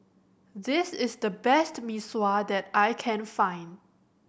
this is the best Mee Sua that I can find